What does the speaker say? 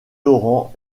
laurent